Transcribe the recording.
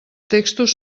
textos